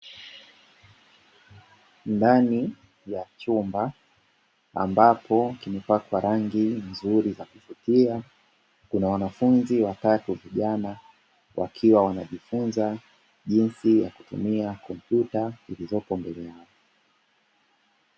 Ndani ya chumba ambapo kimepakwa rangi nzuri za kuvutia, kuna wanafunzi watatu vijana, wakiwa wanajifunza jinsi ya kutumia kompyuta zilizopo mbele yao.